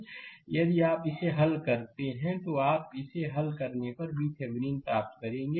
तो यदि आप इसे हल करते हैं तो आप इसे हल करने पर VThevenin प्राप्त करेंगे